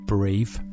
Brave